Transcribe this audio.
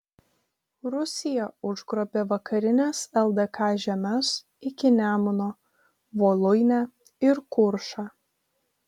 rusija užgrobė vakarines ldk žemes iki nemuno voluinę ir kuršą